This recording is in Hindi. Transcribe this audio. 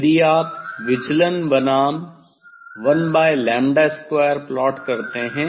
यदि आप विचलन बनाम one by lambda square plot करते हैं